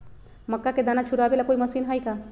मक्का के दाना छुराबे ला कोई मशीन हई का?